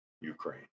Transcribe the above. Ukraine